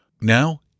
Now